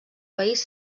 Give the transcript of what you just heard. país